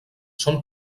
són